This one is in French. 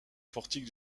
portique